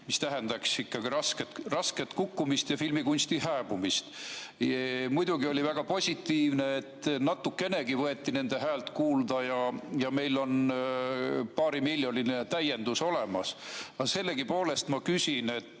mis tähendaks ikkagi rasket kukkumist ja filmikunsti hääbumist. Muidugi oli väga positiivne, et natukenegi võeti nende häält kuulda ja meil on paarimiljoniline täiendus olemas. Aga sellegipoolest ma küsin: